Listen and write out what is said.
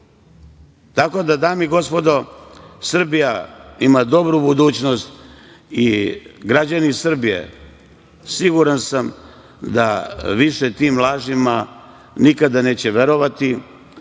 da, dame i gospodo, Srbija ima dobru budućnost i građani Srbije, siguran sam, da više tim lažima nikada neće verovati